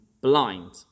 blind